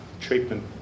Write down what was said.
treatment